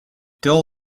dull